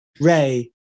Ray